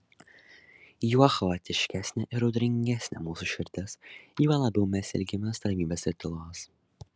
juo chaotiškesnė ir audringesnė mūsų širdis juo labiau mes ilgimės ramybės ir tylos